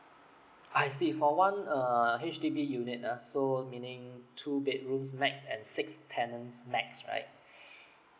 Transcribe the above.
I see for one err H_D_B unit ah so meaning two bedrooms max and six tenants max right